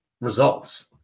results